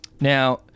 Now